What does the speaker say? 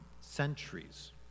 centuries